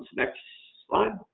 next slide.